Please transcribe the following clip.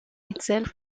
itself